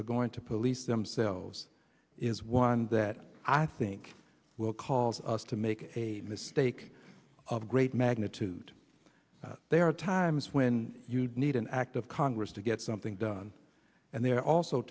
are going to police themselves is one that i think will cause us to make a mistake of great magnitude there are times when you need an act of congress to get something done and there are also